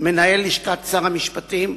מנהל לשכת שר המשפטים,